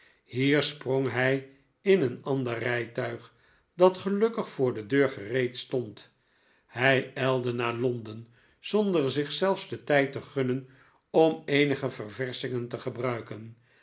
hier sprong hij in een ander rijtuig dat gelukkig voor de deur gereed stond hij ijlde naar londen zonder zich zelfs den tijd te gunnen om eenige ververschingen te gebn